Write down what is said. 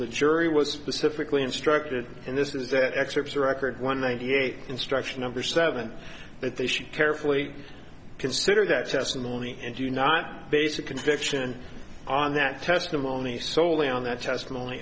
the jury was specifically instructed and this is the excerpts of record one ninety eight instruction number seven that they should carefully consider that testimony and do not base a conviction on that testimony solely on that testimony